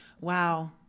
Wow